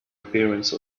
appearance